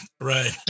Right